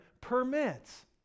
permits